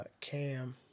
Cam